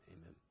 Amen